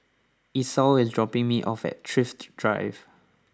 Esau is dropping me off at Thrift Drive